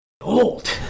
old